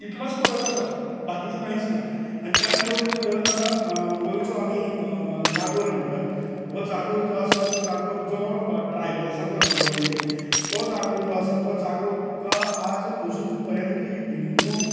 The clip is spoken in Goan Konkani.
इतलोच फरक आसा बाकीचो कांयच ना आनी त्याच बरोबर तुगेलो आतां गोंयचो आमी जागोर म्हणटात हो जागोर जो आसा तो जागोर जो ट्रायबल्सांचो आशिल्लो पयलीं तो जागोर जो आसा तो जागोर तुकां आज अजून पर्यंत हिंदू